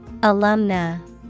Alumna